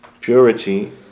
purity